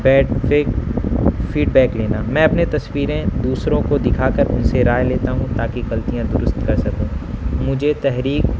bed feed back لینا میں اپنے تصویریں دوسروں کو دکھا کر ان سے رائے لیتا ہوں تاکہ غلطیاں درست کر سکوں مجھے تحریک